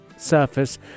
surface